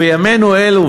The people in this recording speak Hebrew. בימינו אלו,